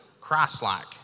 Christ-like